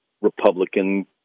Republican